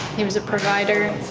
he was a provider.